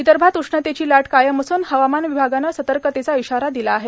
विदर्भात उष्णतेची लाट कायम असून हवामान विभागानं सतर्कतेचा इशारा दिला आहे